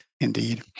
Indeed